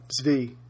Zvi